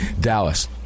Dallas